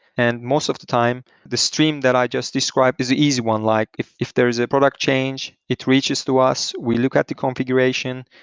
and most of the time, the stream that i just described is the easy one. like if if there's a product change, it reaches to us. we look at the configuration.